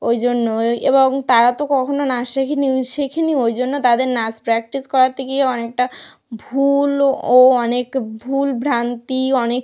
ওই জন্য এবং তারা তো কখনও নাচ শেখেনি শেখেনি ওই জন্য তাদের নাচ প্র্যাকটিস করাতে গিয়ে অনেকটা ভুলও ও অনেক ভুলভ্রান্তি অনেক